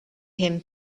him